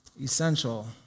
Essential